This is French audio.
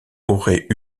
aurait